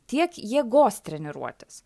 tiek jėgos treniruotės